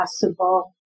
possible